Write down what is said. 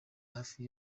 hafi